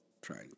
Trying